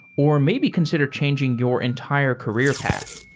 or maybe consider changing your entire career path.